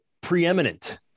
preeminent